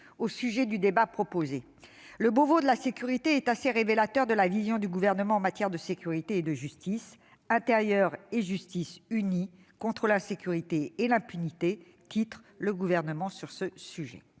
au présent débat, le Beauvau de la sécurité est assez révélateur de la vision du Gouvernement en matière de sécurité et de justice :« Intérieur et justice unis contre l'insécurité et l'impunité », titre le site du Gouvernement sur le sujet